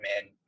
man